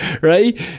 right